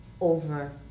over